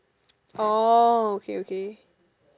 orh okay okay